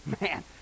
man